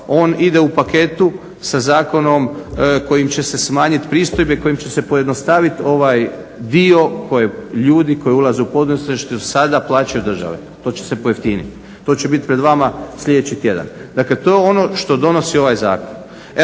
on ide u paketu sa zakonom kojim će se smanjiti pristojbe i kojim će se pojednostaviti ovaj dio koji ljudi koji ulaze u poduzetništvo sada plaćaju državi, to će se pojeftiniti. To će biti pred vama sljedeći tjedan. Dakle, to je ono što donosi ovaj zakon.